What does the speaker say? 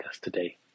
today